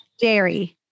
Dairy